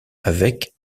avec